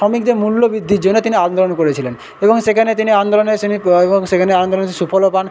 শ্রমিকদের মূল্যবৃদ্ধির জন্য তিনি আন্দোলন করেছিলেন এবং সেখানে তিনি আন্দোলনে সিনি এবং সেখানে আন্দোলনে সুফলও পান